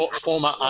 former